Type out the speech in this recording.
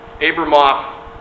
Abramoff